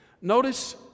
notice